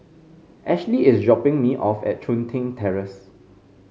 Ashli is dropping me off at Chun Tin Terrace